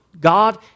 God